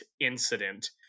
incident